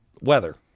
weather